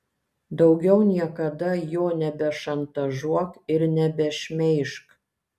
daugiau niekada jo nebešantažuok ir nebešmeižk